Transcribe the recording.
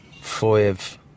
five